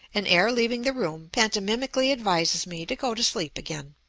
and ere leaving the room, pantomimically advises me to go to sleep again.